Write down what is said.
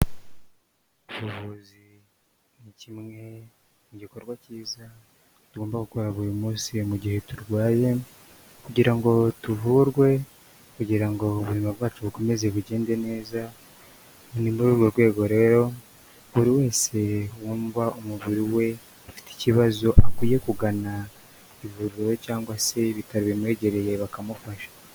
Ubuvuzi ni kimwe mu igikorwa cyiza tugomba gukora buri munsi mu gihe turwaye kugira ngo tuvurwe, kugira ngo ubuzima bwacu bukomeze bugende neza. Ni muri urwo rwego rero buri wese wumva umubiri we ufite ikibazo akwiye kugana ivuriro cyangwa se ibitaro bimwegereye bakamufasha.